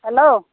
hello